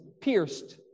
pierced